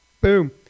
Boom